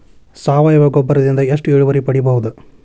ಸಾವಯವ ಗೊಬ್ಬರದಿಂದ ಎಷ್ಟ ಇಳುವರಿ ಪಡಿಬಹುದ?